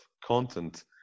content